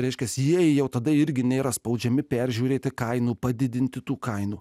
reiškiasi jie jau tada irgi nėra spaudžiami peržiūrėti kainų padidinti tų kainų